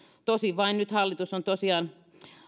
tosin vain nyt hallitus on tosiaan